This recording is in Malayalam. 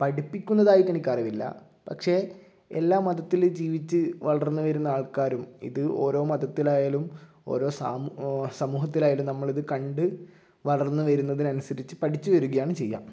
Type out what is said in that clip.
പഠിപ്പിക്കുന്നതായിട്ട് എനിക്ക് അറിവില്ല പക്ഷെ എല്ലാ മതത്തിലും ജീവിച്ച് വളർന്ന് വരുന്ന ആൾക്കാരും ഇത് ഓരോ മതത്തിൽ ആയാലും ഓരോ സമൂ സമൂഹത്തിൽ ആയാലും നമ്മൾ ഇത് കണ്ട് വളർന്ന് വരുന്നതിന് അനുസരിച്ച് പഠിച്ച് വരുകയാണ് ചെയ്യുക